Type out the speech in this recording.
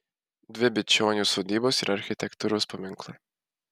dvi bičionių sodybos yra architektūros paminklai